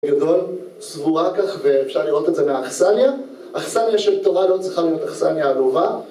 גדול, סבורה כך ואפשר לראות את זה מהאכסניה, אכסניה של תורה לא צריכה להיות אכסניה עלובה